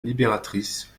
libératrice